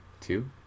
Two